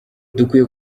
dukwiye